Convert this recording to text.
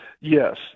Yes